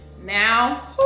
now